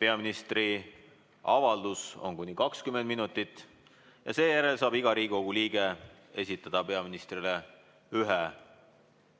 Peaministri avaldus on kuni 20 minutit, seejärel saab iga Riigikogu liige esitada peaministrile ühe